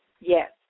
Yes